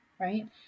right